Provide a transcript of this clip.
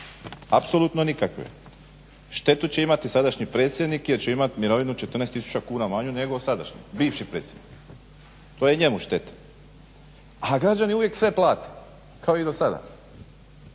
apsolutno nikakve. Štetu će imati sadašnji predsjednik jer će imati mirovinu 14 tisuća kuna manju nego sadašnju, bivši predsjednik. To je njemu šteta. A građani uvijek sve plate kao i do sada.